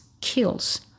kills